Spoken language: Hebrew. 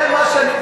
זה מה שאני,